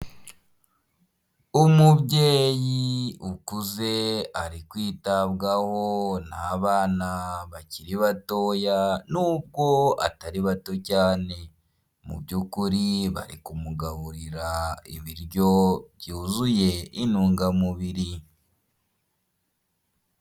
Umubyeyi ukuze ari kwitabwaho n'abana bakiri batoya, n'ubwo atari bato cyane mu by'ukuri bari kumugaburira ibiryo byuzuye intungamubiri.